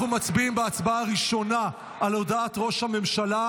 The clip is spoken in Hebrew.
אנחנו מצביעים בהצבעה הראשונה על הודעת ראש הממשלה,